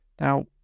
Now